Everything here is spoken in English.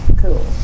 Cool